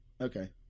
Okay